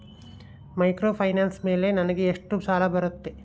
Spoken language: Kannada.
ಮೈಕ್ರೋಫೈನಾನ್ಸ್ ಮೇಲೆ ನನಗೆ ಎಷ್ಟು ಸಾಲ ಬರುತ್ತೆ?